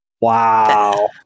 Wow